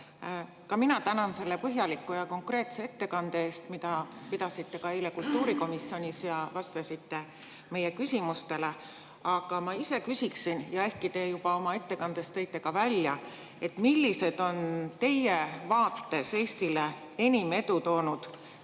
Ka mina tänan selle põhjaliku ja konkreetse ettekande eest, [andsite ülevaate] ka eile kultuurikomisjonis ja vastasite meie küsimustele. Aga ma ise küsiksin, ehkki te juba oma ettekandes tõite ka välja, et millised on teie vaates Eestile enim edu toonud